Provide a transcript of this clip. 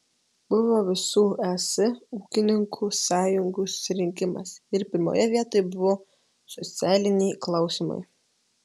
buvo visų es ūkininkų sąjungų susirinkimas ir pirmoje vietoje buvo socialiniai klausimai